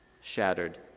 shattered